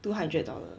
two hundred dollar